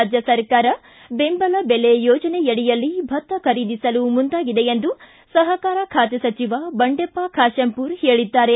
ರಾಜ್ಯ ಸರ್ಕಾರ ಬೆಂಬಲ ಬೆಲೆ ಯೋಜನೆಯಡಿಯಲ್ಲಿ ಭತ್ತ ಖರೀದಿಸಲು ಮುಂದಾಗಿದೆ ಎಂದು ಸಹಕಾರ ಖಾತೆ ಸಚಿವ ಬಂಡೆಪ್ಟ ಖಾತೆಂಪೂರ ಹೇಳಿದ್ದಾರೆ